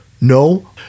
No